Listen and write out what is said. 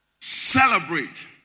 celebrate